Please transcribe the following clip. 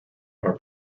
are